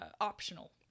optional